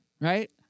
right